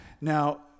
Now